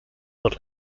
would